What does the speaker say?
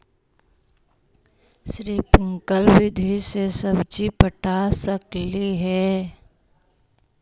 Sprinkle विधि से सब्जी पटा सकली हे?